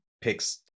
picks